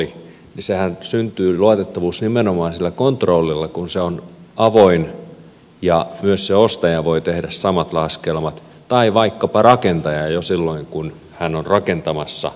se luotettavuushan syntyy nimenomaan sillä kontrollilla kun se on avoin ja myös se ostaja voi tehdä samat laskelmat tai vaikkapa rakentaja jo silloin kun hän on rakentamassa omakotitaloa itselleen